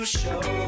show